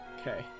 Okay